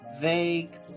Vague